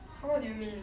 !huh! what do you mean